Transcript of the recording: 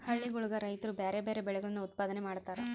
ಹಳ್ಳಿಗುಳಗ ರೈತ್ರು ಬ್ಯಾರೆ ಬ್ಯಾರೆ ಬೆಳೆಗಳನ್ನು ಉತ್ಪಾದನೆ ಮಾಡತಾರ